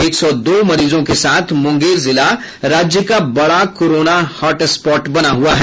एक सौ दो मरीजों के साथ मुंगेर जिला राज्य का बड़ा कोरोना हॉटस्पॉट बना हुआ है